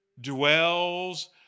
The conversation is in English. dwells